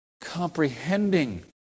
comprehending